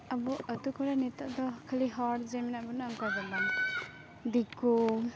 ᱟᱵᱚ ᱟᱛᱳ ᱠᱚᱨᱮ ᱱᱤᱛᱚᱜ ᱫᱚ ᱠᱷᱟᱹᱞᱤ ᱦᱚᱲ ᱡᱮ ᱢᱮᱱᱟᱜ ᱵᱚᱱᱟ ᱚᱱᱠᱟ ᱫᱚ ᱵᱟᱝ ᱫᱤᱠᱩ